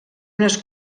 unes